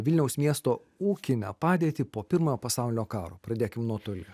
vilniaus miesto ūkinę padėtį po pirmojo pasaulinio karo pradėkim nuo toli